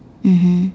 mmhmm